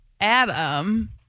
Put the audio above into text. Adam